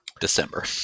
December